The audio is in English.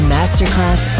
Masterclass